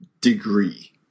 degree